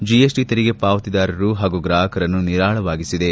GST ತೆರಿಗೆ ಪಾವತಿದಾರರು ಹಾಗೂ ಗ್ರಾಪಕರನ್ನು ನಿರಾಳವಾಗಿಸಿದೆ